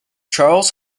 charles